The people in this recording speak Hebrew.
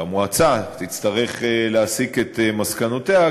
המועצה תצטרך להסיק את מסקנותיה.